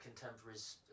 contemporaries